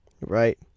Right